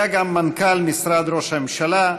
היה גם מנכ"ל משרד ראש הממשלה,